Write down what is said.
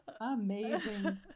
amazing